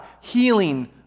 Healing